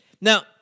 Now-